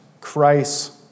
Christ